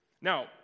Now